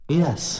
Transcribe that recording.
yes